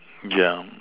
yeah